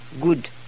good